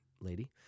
lady